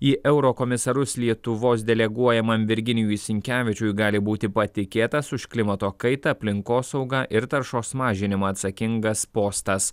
į eurokomisarus lietuvos deleguojamam virginijui sinkevičiui gali būti patikėtas už klimato kaitą aplinkosaugą ir taršos mažinimą atsakingas postas